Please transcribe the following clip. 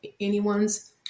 anyone's